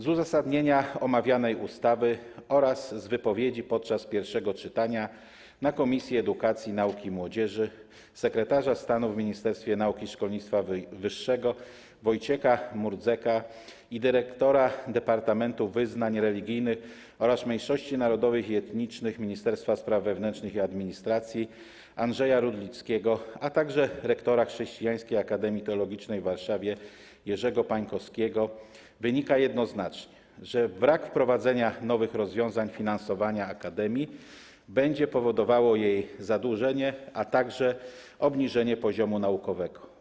Z uzasadnienia omawianej ustawy oraz z wypowiedzi podczas pierwszego czytania w Komisji Edukacji, Nauki i Młodzieży sekretarza stanu w Ministerstwie Nauki i Szkolnictwa Wyższego Wojciecha Murdzka i dyrektora Departamentu Wyznań Religijnych oraz Mniejszości Narodowych i Etnicznych Ministerstwa Spraw Wewnętrznych i Administracji Andrzeja Rudlickiego, a także rektora Chrześcijańskiej Akademii Teologicznej w Warszawie Jerzego Pańkowskiego wynika jednoznacznie, że brak wprowadzenia nowych rozwiązań w zakresie finansowania akademii będzie powodował jej zadłużenie, a także obniżenie poziomu naukowego.